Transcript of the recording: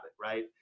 right